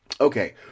Okay